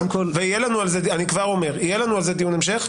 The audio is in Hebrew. אני כבר אומר, יהיה לנו על זה דיון המשך.